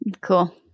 Cool